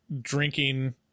drinking